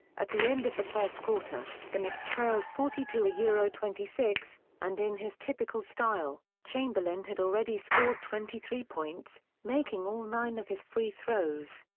at the end of the first quarter, the knicks trailed forty two ah yeah twenty six, and in his typical style, chamberlain had already scored twenty three points, making all nine of his free throws.